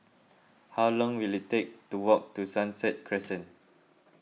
how long will it take to walk to Sunset Crescent